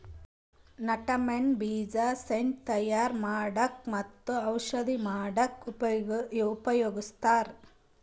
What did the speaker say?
nutmeg ಬೀಜ scent ತಯಾರ್ ಮಾಡಕ್ಕ್ ಮತ್ತ್ ಔಷಧಿ ಮಾಡಕ್ಕಾ ಉಪಯೋಗಸ್ತಾರ್